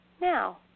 now